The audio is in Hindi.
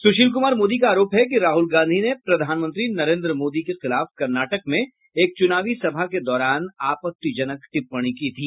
सुशील कुमार मोदी का आरोप है कि राहुल गांधी ने प्रधानमंत्री नरेन्द्र मोदी के खिलाफ कर्नाटक में एक चुनावी सभा के दौरान अपत्तिजनक टिप्पणी की थी